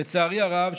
לצערי הרב,